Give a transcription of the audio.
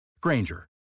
Granger